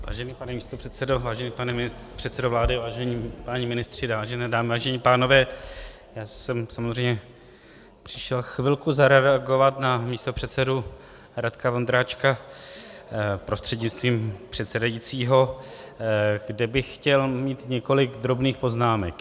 Vážený pane místopředsedo, vážený pane předsedo vlády, vážení páni ministři, vážené dámy, vážení pánové, já jsem samozřejmě přišel chvilku zareagovat na místopředsedu Radka Vondráčka prostřednictvím předsedajícího, kde bych chtěl mít několik drobných poznámek.